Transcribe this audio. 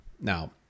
Now